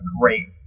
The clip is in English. great